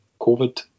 Covid